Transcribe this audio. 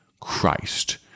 Christ